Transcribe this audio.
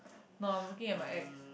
no I'm looking at my ex